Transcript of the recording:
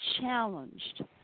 challenged